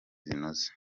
zinoze